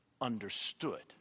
understood